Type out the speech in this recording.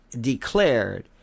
declared